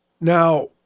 Now